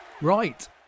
Right